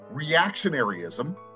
reactionaryism